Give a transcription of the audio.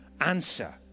answer